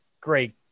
great